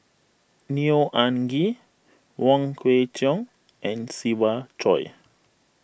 Neo Anngee Wong Kwei Cheong and Siva Choy